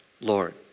Lord